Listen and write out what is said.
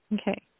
Okay